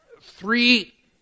three